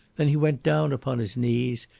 then he went down upon his knees,